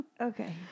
Okay